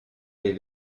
les